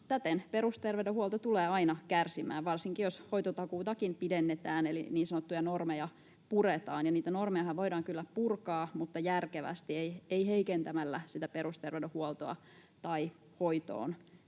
täten perusterveydenhuolto tulee aina kärsimään, varsinkin jos hoitotakuutakin pidennetään, eli niin sanottuja normeja puretaan. Niitä normejahan voidaan kyllä purkaa, mutta järkevästi — ei heikentämällä sitä perusterveydenhuoltoa tai hoitoonpääsyä.